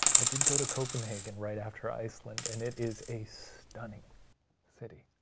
i did go to copenhagen right after iceland, and it is a stunning city.